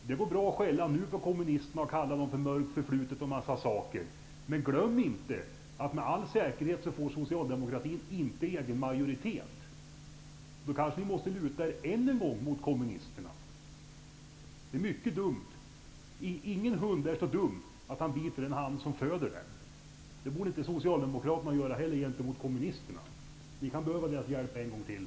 Det går bra att nu skälla på kommunisterna för mörkt förflutet och en del andra saker. Glöm inte att socialdemokratin med all säkerhet inte får egen majoritet. Ni måste kanske än en gång luta er mot kommunisterna. Det är mycket dumt. Ingen hund är så dum att den biter den hand som föder den. Det borde Socialdemokraterna inte heller göra gentemot kommunisterna. Ni kan behöva deras hjälp en gång till.